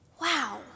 wow